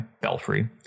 Belfry